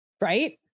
Right